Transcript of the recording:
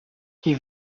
qui